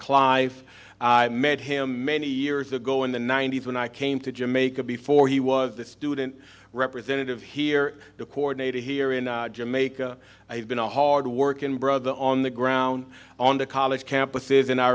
clive made him many years ago in the ninety's when i came to jamaica before he was the student representative here the coordinator here in jamaica i have been a hard work and brother on the ground on the college campuses and i